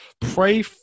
pray